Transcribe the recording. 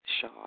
Shaw